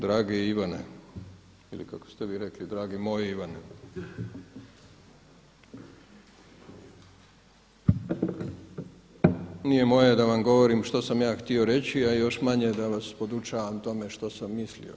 Dragi Ivane ili kako ste vi rekli dragi moj Ivane, nije moje da vam govorim što sam ja htio reći, a još manje da vas podučavam tome što sam mislio.